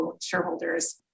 shareholders